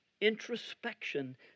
introspection